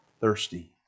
thirsty